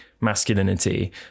Masculinity